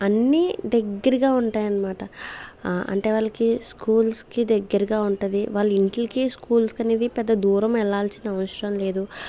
అన్ని దగ్గరగా ఉంటాయనమాట అంటే వాళ్ళకి స్కూల్స్కి దగ్గరగా ఉంటది వాళ్ళ ఇంటిలకీ స్కూల్స్ అనేవి పెద్ద దూరం వెళ్లాల్సిన అవసరం లేదు